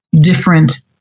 different